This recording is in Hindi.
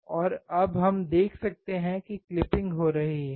और अब हम देख सकते हैं कि क्लिपिंग हो रही है